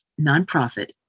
nonprofit